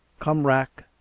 come rack!